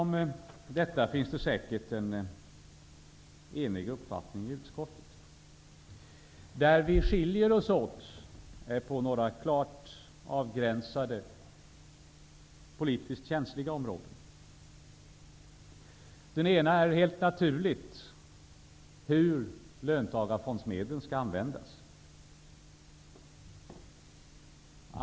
Om detta finns det säkerligen en enig uppfattning i utskottet. Våra uppfattningar skiljer sig däremot på några klart avgränsade politiskt känsliga områden. Det första är helt naturligt hur löntagarfondsmedlen skall användas.